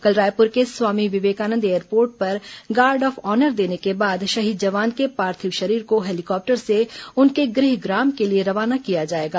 कल रायपुर के स्वामी विवेकानंद एयरपोर्ट पर गार्ड ऑफ ऑनर देने के बाद शहीद जवान के पार्थिव शरीर को हेलीकॉप्टर से उनके गृहग्राम के लिए रवाना किया जाएगा